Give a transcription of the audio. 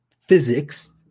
physics